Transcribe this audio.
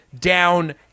down